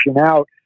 out